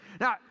Now